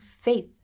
faith